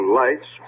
lights